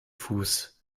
fuß